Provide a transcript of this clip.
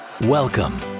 Welcome